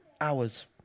hours